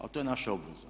Ali to je naša obveza.